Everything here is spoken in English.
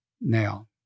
Now